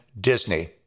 Disney